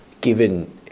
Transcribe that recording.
given –